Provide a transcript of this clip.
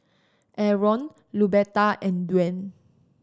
Arron Luberta and Dwaine